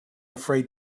afraid